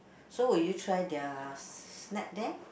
so would you try their snack there